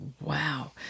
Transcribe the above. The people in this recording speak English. Wow